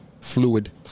Fluid